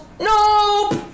nope